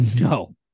no